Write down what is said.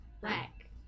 black